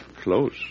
Close